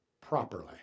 properly